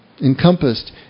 encompassed